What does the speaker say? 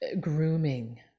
grooming